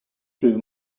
through